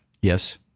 Yes